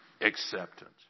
acceptance